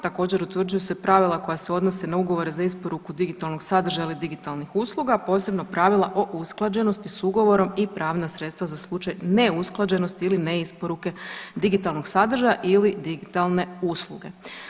Također utvrđuju se pravila koja se odnose na ugovore za isporuku digitalnog sadržaja ili digitalnih usluga, posebno pravila o usklađenosti s ugovorom i pravna sredstva za slučaj neusklađenosti ili neisporuke digitalnog sadržaja ili digitalne usluge.